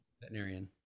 Veterinarian